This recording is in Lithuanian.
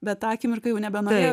bet tą akimirką jau nebenorėjo